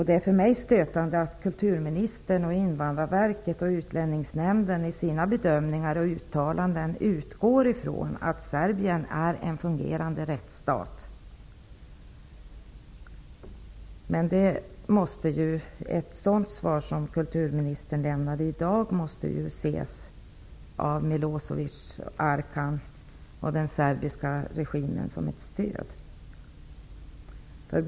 Det är för mig stötande att kulturministern, Invandrarverket och Utlänningsnämnden i sina bedömningar och uttalanden utgår från att Serbien är en fungerande rättsstat. Ett sådant svar som kulturministern lämnat i dag måste av Milosevic, Arkan och den serbiska regimen ses som ett stöd.